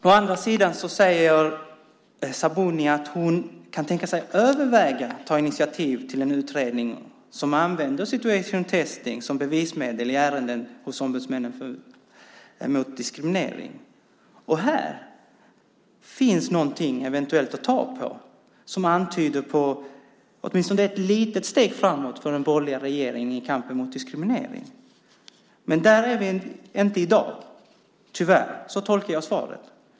Å andra sidan säger Sabuni att hon kan tänka sig att överväga att ta initiativ till en utredning som använder situation testing som bevismedel i ärenden hos ombudsmännen mot diskriminering. Här finns eventuellt något att ta fasta på, något som åtminstone antyder ett litet steg framåt för den borgerliga regeringen i kampen mot diskriminering. Där är vi emellertid inte i dag, tyvärr. Så tolkar jag svaret.